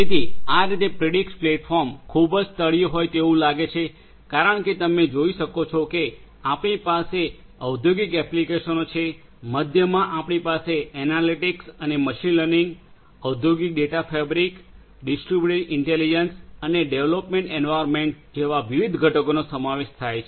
તેથી આ આ રીતે પ્રિડિક્સ પ્લેટફોર્મ ખૂબ તળિયે હોય તેવું લાગે છે કારણ કે તમે જોઈ શકો છો કે આપણી પાસે ઔદ્યોગિક એપ્લિકેશનો છે મધ્યમાં આપણી પાસે એનાલિટિક્સ અને મશીન લર્નિંગ ઔદ્યોગિક ડેટા ફેબ્રિક ડિસ્ટ્રિબ્યુટેડ ઇન્ટેલિજન્સ અને ડેવલપમેન્ટ એન્વાર્યમેન્ટ જેવા વિવિધ ઘટકોનો સમાવેશ થાય છે